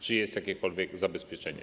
Czy jest jakiekolwiek zabezpieczenie?